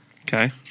Okay